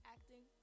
Acting